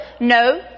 No